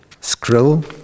scroll